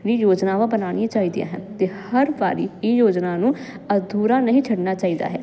ਵੀ ਯੋਜਨਾਵਾਂ ਬਣਾਣੀਆ ਚਾਹੀਦੀਆਂ ਹਨ ਤੇ ਹਰ ਵਾਰੀ ਇਹ ਯੋਜਨਾ ਨੂੰ ਅਧੂਰਾ ਨਹੀਂ ਛੱਡਣਾ ਚਾਹੀਦਾ ਹੈ